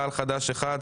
תע"ל-חד"ש אחד,